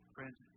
Friends